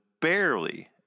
Barely